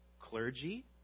clergy